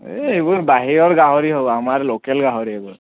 এই এইবোৰ বাহিৰৰ গাহৰি হ'ব আমাৰ লোকেল গাহৰি এইবোৰ